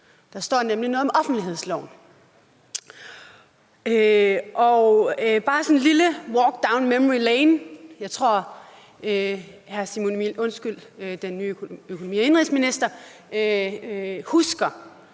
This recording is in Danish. Der står nemlig noget om offentlighedsloven. Jeg vil gerne foretage en walk down memory lane. Jeg tror, at den nye økonomi- og indenrigsminister husker,